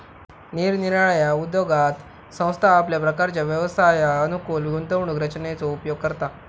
निरनिराळ्या उद्योगात संस्था आपल्या प्रकारच्या व्यवसायास अनुकूल गुंतवणूक रचनेचो उपयोग करता